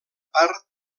part